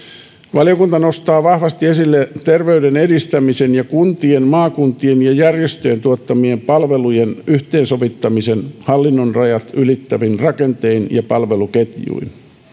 valiokunta nostaa vahvasti esille terveyden edistämisen ja kuntien maakuntien ja järjestöjen tuottamien palvelujen yhteensovittamisen hallinnon rajat ylittävin rakentein ja palveluketjuin